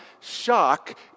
Shock